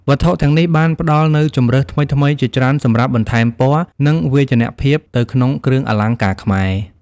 វត្ថុទាំងនេះបានផ្តល់នូវជម្រើសថ្មីៗជាច្រើនសម្រាប់បន្ថែមពណ៌ និងវាយនភាពទៅក្នុងគ្រឿងអលង្ការខ្មែរ។